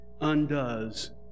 undoes